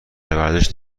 ورزش